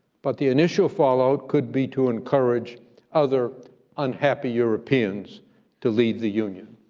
but the initial fallout could be to encourage other unhappy europeans to leave the union.